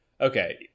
okay